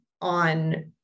on